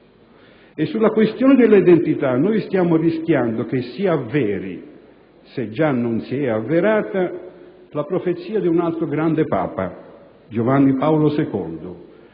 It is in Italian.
e sulla questione dell'identità stiamo rischiando che si avveri, se già non si è avverata, la profezia di un altro grande Papa, Giovanni Paolo II,